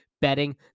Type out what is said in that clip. betting